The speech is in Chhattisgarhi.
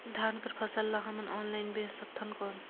धान कर फसल ल हमन ऑनलाइन बेच सकथन कौन?